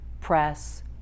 press